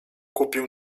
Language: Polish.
kupił